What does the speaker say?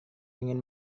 ingin